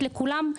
גם בנוכחית,